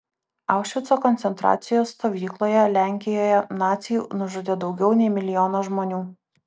aušvico koncentracijos stovykloje lenkijoje naciai nužudė daugiau nei milijoną žmonių